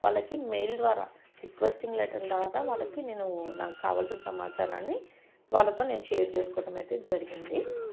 వాళ్ళకి మెయిల్ ద్వారా requesting letter ద్వారా వాళ్ళకి నేను నాకు కావాల్సిన సమాచారాన్ని వాళ్ళతో నేను షేర్ చేసుకోవటం అయితే జరిగింది